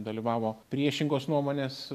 dalyvavo priešingos nuomonės